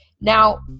Now